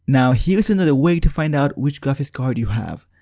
now, here is another way to find out which graphics card you have.